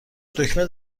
دکمه